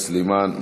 סלימאן,